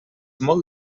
molt